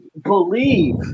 believe